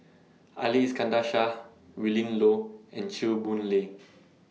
Ali Iskandar Shah Willin Low and Chew Boon Lay